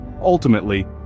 ultimately